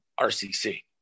RCC